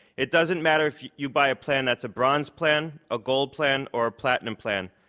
it doesn't matter if you buy a plan that's a bronze plan, a gold plan, or a platinum plan.